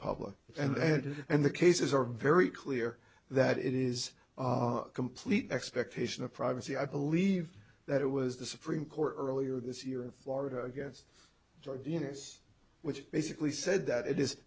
public and headed and the cases are very clear that it is a complete expectation of privacy i believe that it was the supreme court earlier this year in florida against tardiness which basically said that it is